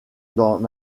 d’en